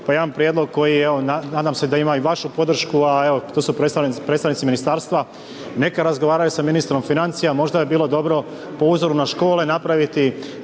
pa jedan prijedlog koji je nadam se da ima i vašu podršku, a evo tu su predstavnici ministarstva, neka razgovaraju s ministrom financija, možda bi bilo dobro po uzoru na škole napraviti